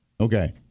Okay